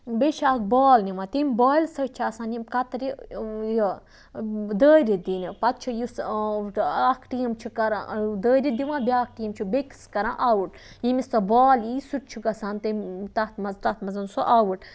بیٚیہِ چھِ اکھ بال نِوان تمہِ بالہِ سۭتۍ چھِ آسان یِم کترِ یہِ دٲرِتھ دِنہِ پتہ چھِ یُس اکھ ٹیٖم چھُ کَران دٲرِتھ دِوان بیٛاکھ ٹیٖم چھُ بیٚکِس کَران اَوُٹ ییٚمِس سَہ بال اِیی سُہ تہِ چھُ گَژھان تمہِ تَتھ منٛز تَتھ منٛز سُہ اَوُٹ